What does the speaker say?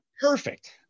perfect